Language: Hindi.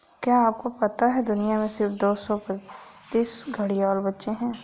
क्या आपको पता है दुनिया में सिर्फ दो सौ पैंतीस घड़ियाल बचे है?